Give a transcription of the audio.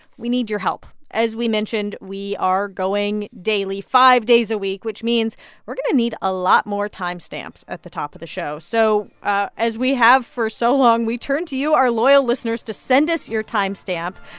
we need your help. as we mentioned, we are going daily, five days a week, which means we're going to need a lot more timestamps at the top of the show. so ah as we have for so long, we turn to you, our loyal listeners, to send us your timestamp.